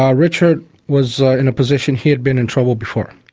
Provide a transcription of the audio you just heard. ah richard was in a position, he had been in trouble before,